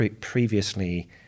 previously